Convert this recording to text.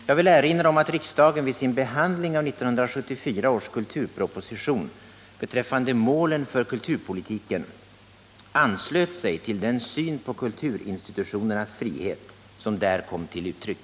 Jag vill erinra om att riksdagen vid sin behandling av 1974 års kulturproposition beträffande målen för kulturpolitiken anslöt sig till den syn på kulturinstitutionernas frihet som där kom till uttryck.